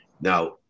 Now